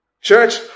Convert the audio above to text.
Church